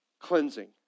Cleansing